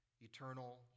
eternal